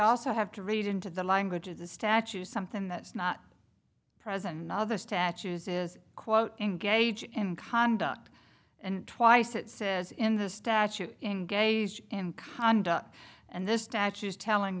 also have to read into the language of the statute something that's not present in other statues is quote engage in conduct and twice it says in the statute engage in conduct and the statue is telling